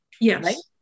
Yes